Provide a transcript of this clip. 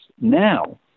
Now